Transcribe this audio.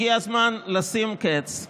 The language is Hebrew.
הגיע הזמן לשים קץ,